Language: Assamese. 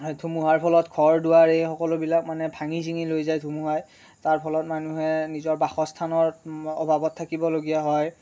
ধুমুহাৰ ফলত ঘৰ দুৱাৰ এই সকলোবিলাক মানে ভাঙি ছিঙি লৈ যায় ধুমুহাই তাৰ ফলত মানুহে নিজৰ বাসস্থানৰ অভাৱত থাকিবলগীয়া হয়